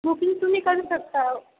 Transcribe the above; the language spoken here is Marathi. बुकिंग तुम्ही करू शकता